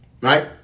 right